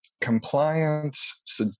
compliance